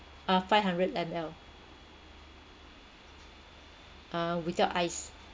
uh five hundred M_L uh without ice